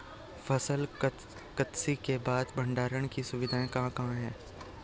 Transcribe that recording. फसल कत्सी के बाद भंडारण की सुविधाएं कहाँ कहाँ हैं?